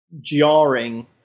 jarring